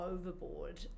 overboard